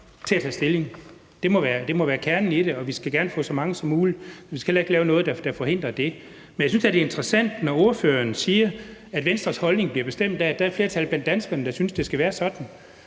til at tage stilling. Det må være kernen i det, og vi skal gerne få så mange som muligt til at gøre det. Vi skal heller ikke lave noget, der forhindrer det. Men jeg synes da, det er interessant, når ordføreren siger, at Venstres holdning bliver bestemt af, at der er et flertal blandt danskerne, der synes, at det skal være sådan.